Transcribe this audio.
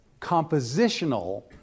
compositional